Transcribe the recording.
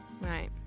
Right